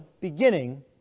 beginning